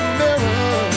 mirror